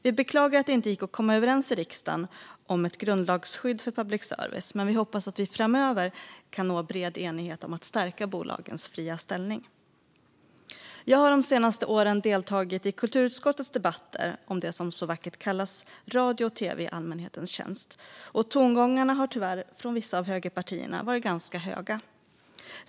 Vi beklagar att det inte gick att komma överens i riksdagen om ett grundlagsskydd för public service, men vi hoppas att vi framöver kan nå bred enighet om att stärka bolagens fria ställning. Jag har de senaste åren deltagit i kulturutskottets debatter om det som så vackert kallas radio och tv i allmänhetens tjänst, och tonläget från vissa av högerpartierna har tyvärr varit ganska högt.